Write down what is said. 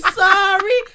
sorry